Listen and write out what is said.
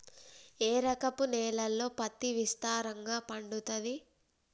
ఏ రకపు నేలల్లో పత్తి విస్తారంగా పండుతది?